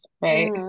right